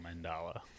Mandala